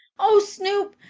oh, snoop!